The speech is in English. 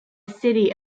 city